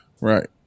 Right